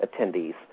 attendees